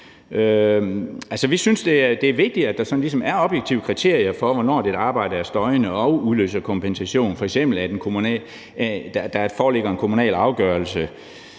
vi synes, det er vigtigt, at der sådan ligesom er objektive kriterier for, hvornår et arbejde er støjende og udløser kompensation, f.eks. at der foreligger en kommunal afgørelse